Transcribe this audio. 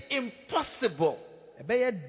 impossible